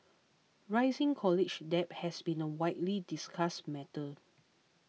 rising college debt has been a widely discussed matter